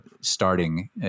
starting